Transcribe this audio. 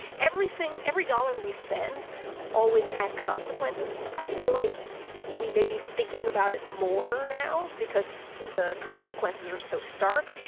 everything every dollar we spend always had consequences. i feel like we may be thinking about it more now because the consequences are so stark.